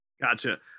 Gotcha